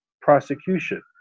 prosecution